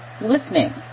listening